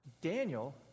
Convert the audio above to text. Daniel